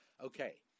Okay